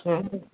ହଁ